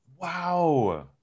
Wow